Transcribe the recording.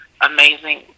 amazing